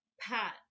pat